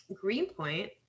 Greenpoint